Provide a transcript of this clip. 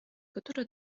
которая